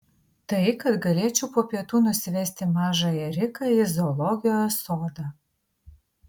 tai kad galėčiau po pietų nusivesti mažąją riką į zoologijos sodą